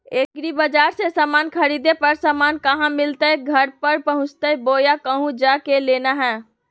एग्रीबाजार से समान खरीदे पर समान कहा मिलतैय घर पर पहुँचतई बोया कहु जा के लेना है?